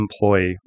employee